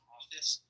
office